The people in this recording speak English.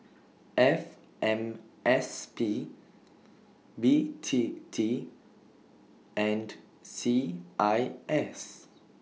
F M S P B T T and C I S